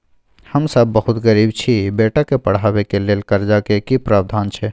हम सब बहुत गरीब छी, बेटा के पढाबै के लेल कर्जा के की प्रावधान छै?